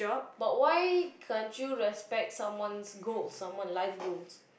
but why can't you respect someone's goals someone's life goals